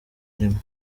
arimo